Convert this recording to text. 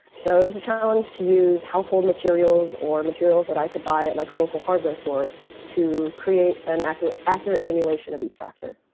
so it was a challenge to use household materials or materials that i could buy at like a local hardware store to create an accurate accurate simulation of each factor.